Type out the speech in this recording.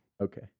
okay